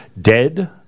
Dead